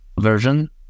version